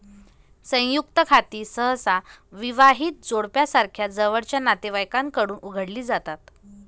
संयुक्त खाती सहसा विवाहित जोडप्यासारख्या जवळच्या नातेवाईकांकडून उघडली जातात